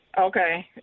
Okay